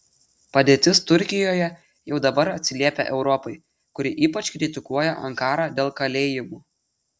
padėtis turkijoje jau dabar atsiliepia europai kuri ypač kritikuoja ankarą dėl kalėjimų